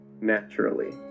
naturally